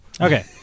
Okay